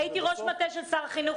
הייתי ראש מטה של שר החינוך,